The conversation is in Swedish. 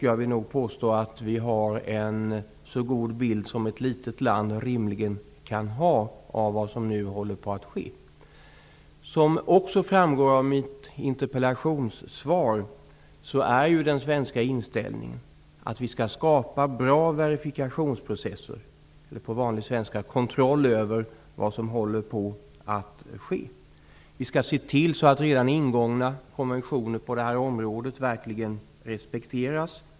Jag vill nog påstå att vi har en så god bild av vad som nu håller på att ske som ett litet land rimligen kan ha. Som också framgår av mitt interpellationssvar är det Sveriges inställning att vi skall skapa goda verifikationsprocesser -- eller, på vanlig svenska, kontroll över vad som håller på att ske. Vi skall se till att redan ingångna konventioner på det här området verkligen respekteras.